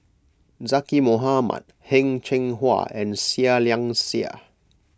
Zaqy Mohamad Heng Cheng Hwa and Seah Liang Seah